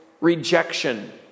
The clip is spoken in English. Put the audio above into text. rejection